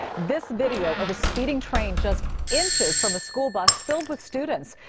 this video of a speeding train just inches from a school bus filled with students.